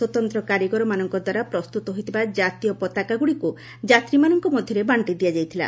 ସ୍ୱତନ୍ତ୍ର କାରିଗରମାନଙ୍କଦ୍ୱାରା ପ୍ରସ୍ତତ ହୋଇଥିବା ଜାତୀୟ ପତାକାଗୁଡ଼ିକୁ ଯାତ୍ରୀମାନଙ୍କ ମଧ୍ୟରେ ବାଣ୍ଟି ଦିଆଯାଇଥିଲା